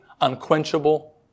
unquenchable